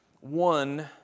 one